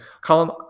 column